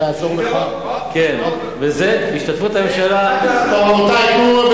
זו השתתפות הממשלה, טוב, רבותי, תנו לו.